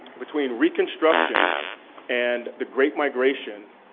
between reconstruction and the great migration,